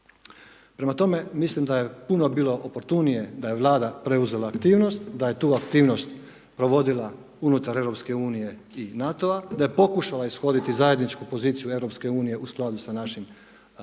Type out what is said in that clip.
Prema tome mislim da je puno bilo oportunije da je Vlada preuzela aktivnost, a je tu aktivnost da je tu aktivnost provodila unutar Europske unije i NATO-a da je pokušala ishoditi zajedničku poziciju Europske unije u skladu sa našim interesima